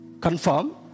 confirm